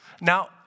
Now